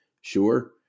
sure